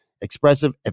expressive